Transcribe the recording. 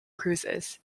cruises